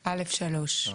(א)(3).